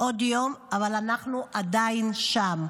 עוד יום אבל אנחנו עדיין שם,